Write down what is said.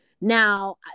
Now